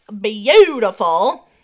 beautiful